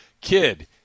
kid